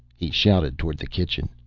he shouted toward the kitchen.